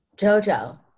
JoJo